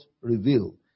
revealed